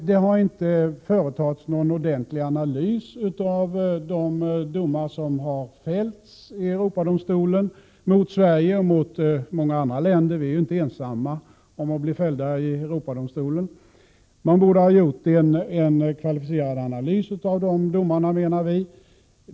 Det har inte företagits någon ordentlig analys av de domar som har fällts i Europadomstolen mot Sverige och mot många andra länder — vi är ju inte ensamma om att bli fällda i Europadomstolen. Man borde ha gjort en kvalificerad analys av de domarna, menar vi.